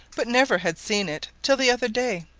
but never had seen it till the other day,